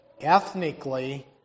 ethnically